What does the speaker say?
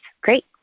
great